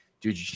dude